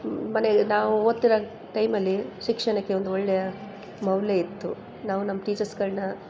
ಮನೆಗೆ ನಾವು ಓದ್ತಿರೋ ಟೈಮಲ್ಲಿ ಶಿಕ್ಷಣಕ್ಕೆ ಒಂದು ಒಳ್ಳೆಯ ಮೌಲ್ಯ ಇತ್ತು ನಾವು ನಮ್ಮ ಟೀಚರ್ಸ್ಗಳನ್ನ